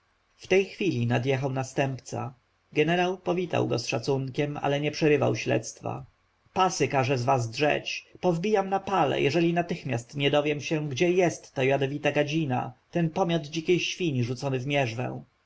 w tej chwili nadjechał następca jenerał powitał go z szacunkiem ale nie przerywał śledztwa pasy każę z was drzeć powbijam na pale jeżeli natychmiast nie dowiem się gdzie jest ta jadowita gadzina ten pomiot dzikiej świni rzucony w mierzwę